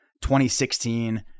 2016